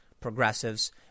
progressives